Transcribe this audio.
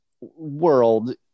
world